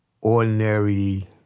ordinary